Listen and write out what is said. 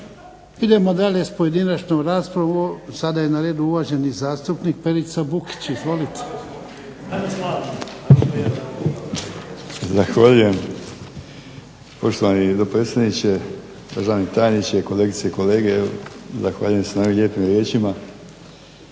Idemo dalje s pojedinačnom raspravom. Sada je na redu uvaženi zastupnik Perica Bukić, izvolite. **Bukić, Perica (HDZ)** Zahvaljujem poštovani dopredsjedniče, državni tajniče, kolegice i kolege. Zahvaljujem se na ovim lijepim riječima